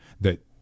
that-